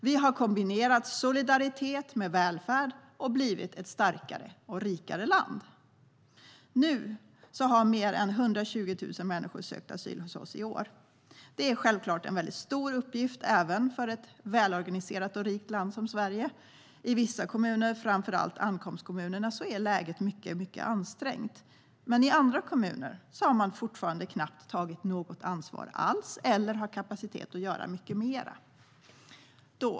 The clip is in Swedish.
Vi har kombinerat solidaritet med välfärd och har blivit ett starkare och rikare land. Fler än 120 000 människor har sökt asyl hos oss i år. Det är självklart en väldigt stor uppgift, även för ett välorganiserat och rikt land som Sverige. I vissa kommuner, framför allt ankomstkommunerna, är läget mycket ansträngt. Men i andra kommuner har man fortfarande knappt tagit något ansvar eller har kapacitet att göra mycket mer.